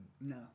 No